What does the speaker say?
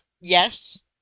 Yes